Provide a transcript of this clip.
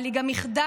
אבל היא גם איחדה,